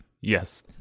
Yes